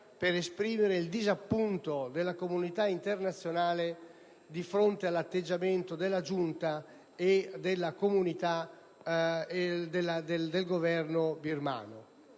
per esprimere il disappunto della comunità internazionale di fronte all'atteggiamento della giunta e del Governo birmano.